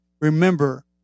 Remember